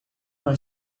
uma